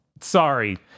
sorry